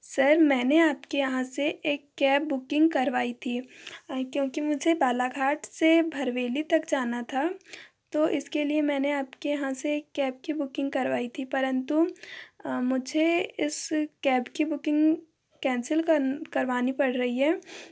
sir मैंने आपके यहाँ से एक कैब बुकिंग करवाई थी क्योंकि मुझे बालाघाट से भरवेली तक जाना था तो इसके लिए मैंने आपके यहाँ से एक कैब की बुकिंग करवाई थी परंतु मुझे इस कैब की बुकिंग कैंसिल करवानी पड़ रही है